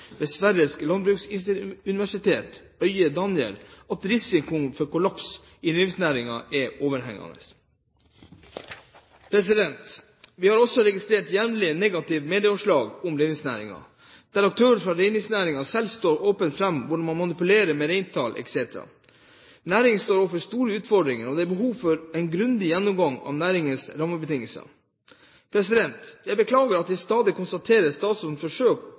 ved Sveriges lantbruksuniversitet, Öje Danell, at risikoen for kollaps i reindriftsnæringen er overhengende. Vi har registrert jevnlige, negative medieoppslag om reindriftsnæringen, der aktører fra reindriftsnæringen selv står åpent fram med hvordan man manipulerer med reintall etc. Næringen står overfor store utfordringer, og det er behov for en grundig gjennomgang av næringens rammebetingelser. Jeg beklager at jeg stadig konstaterer statsrådens forsøk på ansvarsfraskrivelse når det kommer til erstatning for